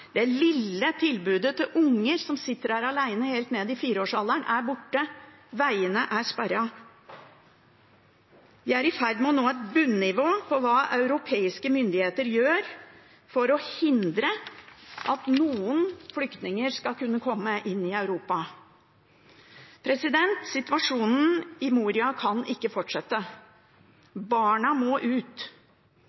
Det lille tilbudet til unger som sitter der alene, helt ned i fireårsalderen, er borte. Veiene er sperret. Vi er i ferd med å nå et bunnivå på hva europeiske myndigheter gjør for å hindre at noen flyktninger skal kunne komme inn i Europa. Situasjonen i Moria kan ikke fortsette.